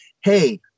Hey